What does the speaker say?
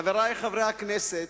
חברי חברי הכנסת,